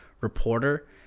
reporter